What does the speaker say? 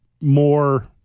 more